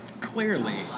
clearly